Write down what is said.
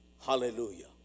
Hallelujah